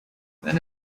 when